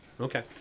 Okay